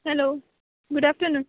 hello good afternoon